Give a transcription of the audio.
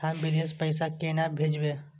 हम विदेश पैसा केना भेजबे?